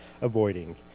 avoiding